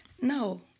No